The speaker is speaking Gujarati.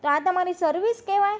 તો આ તમારી સર્વિસ કહેવાય